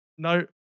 no